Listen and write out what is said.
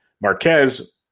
Marquez